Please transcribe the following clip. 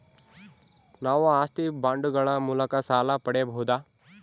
ನಾವು ಆಸ್ತಿ ಬಾಂಡುಗಳ ಮೂಲಕ ಸಾಲ ಪಡೆಯಬಹುದಾ?